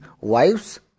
wives